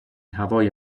هوای